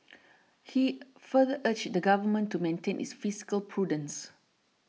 he further urged the Government to maintain its fiscal prudence